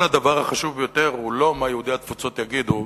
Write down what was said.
אבל הדבר החשוב ביותר הוא לא מה יהודי התפוצות יגידו,